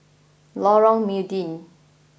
Lorong Mydin